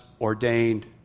ordained